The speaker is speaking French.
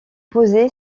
posée